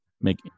make